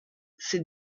ces